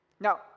Now